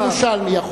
ירושלמי,